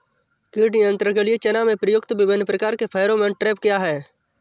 कीट नियंत्रण के लिए चना में प्रयुक्त विभिन्न प्रकार के फेरोमोन ट्रैप क्या है?